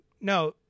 No